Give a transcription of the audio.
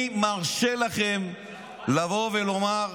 אני מרשה לכם לבוא ולומר,